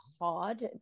hard